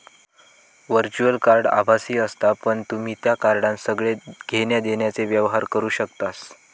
virtual card आभासी असता पण तुम्ही त्या कार्डान सगळे घेण्या देण्याचे व्यवहार करू शकतास